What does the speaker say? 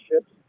ships